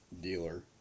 dealer